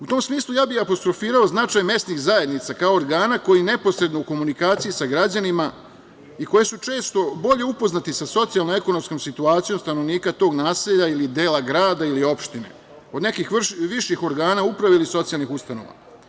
U tom smislu ja bih apostrofirao značaj mesnih zajednica kao organa koji je neposredno u komunikaciji sa građanima i koje su često bolje upoznati sa socijalno-ekonomskom situacijom stanovnika tog naselja ili dela grada ili opštine, od nekih viših organa uprave ili socijalnih ustanova.